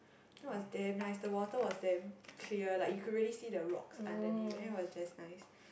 that was damn nice the water was damn clear like you could really see the rocks underneath and it was just nice